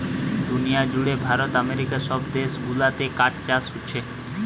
দুনিয়া জুড়ে ভারত আমেরিকা সব দেশ গুলাতে কাঠ চাষ হোচ্ছে